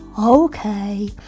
Okay